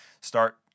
start